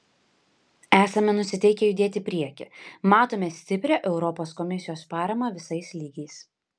esame nusiteikę judėti į priekį matome stiprią europos komisijos paramą visais lygiais